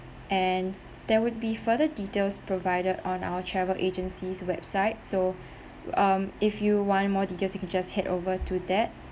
and there would be further details provided on our travel agency's website so um if you want more details you can just head over to that